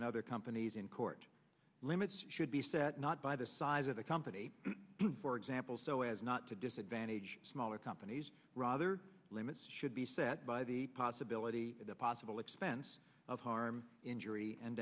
and other companies in court limits should be set not by the size of the company for example so as not to disadvantage smaller companies rather limits should be set by the possibility of the possible expense of harm injury and